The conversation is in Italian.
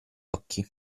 occhi